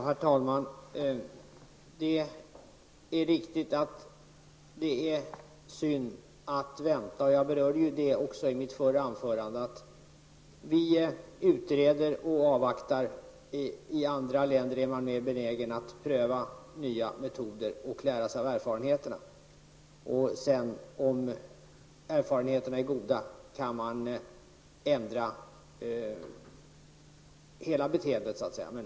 Herr talman! Visst är det synd att behöva vänta med att vidta åtgärder, något som jag också nämnde i mitt förra anförande. Vi utreder och avvaktar, medan man i andra länder är mer benägen att pröva nya metoder och lära sig av vunna erfarenheter. Om erfarenheterna av nya metoder är goda, då skapas möjligheter att ändra beteendet hos unga brottslingar.